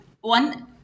One